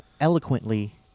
eloquently